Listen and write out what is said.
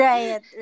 Right